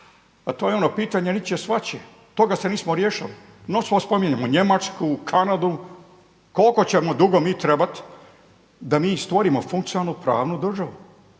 Pa to je ono pitanje ničije, svačije. Toga se nismo riješili. Non stop spominjemo Njemačku, Kanadu. Koliko ćemo dugo mi trebat da mi stvorimo funkcionalnu pravnu državu?